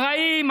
הרעים,